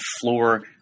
floor